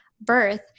birth